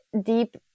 deep